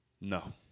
No